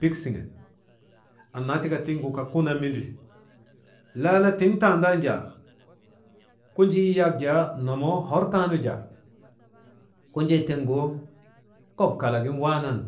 Pik siŋen annaa tika tiŋgu kaa kuna, lala tiŋ tandan jaa kunjii nomoo hor taanu jaa kunjii tiŋgu kop kalagin waanan